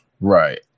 Right